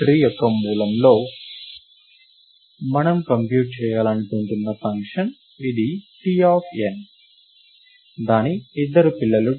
tree యొక్క మూలంలో మనం కంప్యూట్ చేయాలనుకుంటున్న ఫంక్షన్ ఇది T ఆఫ్ n దాని ఇద్దరు పిల్లలు T n 2 మరియు T n 2